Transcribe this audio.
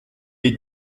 est